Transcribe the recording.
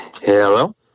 hello